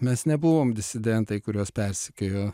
o mes nebuvom disidentai kuriuos persekiojo